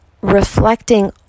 reflecting